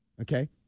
Okay